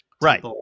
Right